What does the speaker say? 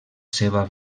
seva